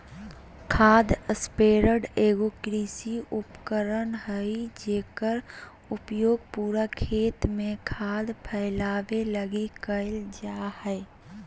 खाद स्प्रेडर एगो कृषि उपकरण हइ जेकर उपयोग पूरा खेत में खाद फैलावे लगी कईल जा हइ